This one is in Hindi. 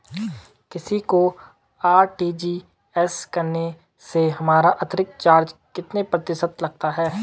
किसी को आर.टी.जी.एस करने से हमारा अतिरिक्त चार्ज कितने प्रतिशत लगता है?